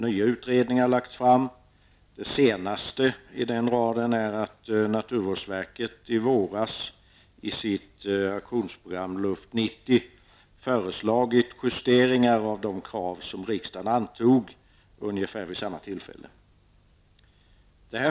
Nya utredningar har lagts fram. Det senaste i den raden är att naturvårdsverket i våras i sitt aktionsprogram LUFT '90 föreslog justeringar av de krav som riksdagen antog ungefär vid samma tillfälle.